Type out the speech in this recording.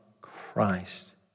Christ